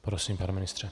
Prosím, pane ministře.